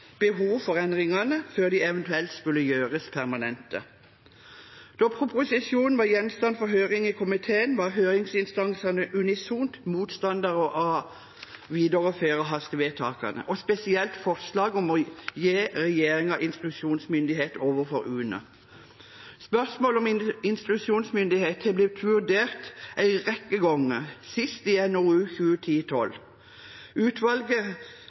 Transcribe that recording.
behov for endringene, før de eventuelt skulle gjøres permanente. Da proposisjonen var gjenstand for høring i komiteen, var høringsinstansene unisont motstandere av å videreføre hastevedtakene, spesielt forslag om å gi regjeringen instruksjonsmyndighet overfor UNE. Spørsmålet om instruksjonsmyndighet er blitt vurdert en rekke ganger, sist i NOU 2010: 12. Utvalget